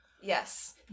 Yes